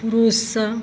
कुरूससँ